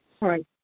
right